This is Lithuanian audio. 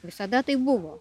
visada taip buvo